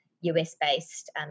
US-based